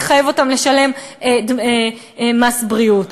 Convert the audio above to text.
נחייב אותם לשלם מס בריאות.